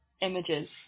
images